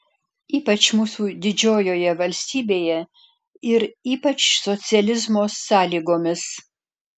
ypač mūsų didžiojoje valstybėje ir ypač socializmo sąlygomis